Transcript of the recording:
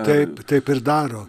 taip taip ir daro